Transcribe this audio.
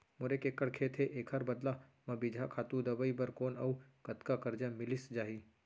मोर एक एक्कड़ खेत हे, एखर बदला म बीजहा, खातू, दवई बर कोन अऊ कतका करजा मिलिस जाही?